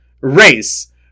Race